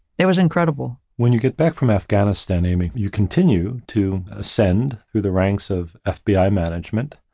it was incredible. when you get back from afghanistan, amy, you continue to ascend through the ranks of fbi ah management.